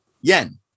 yen